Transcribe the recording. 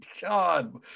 God